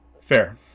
Fair